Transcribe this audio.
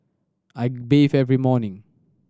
I bathe every morning